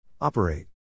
Operate